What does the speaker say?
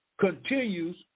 continues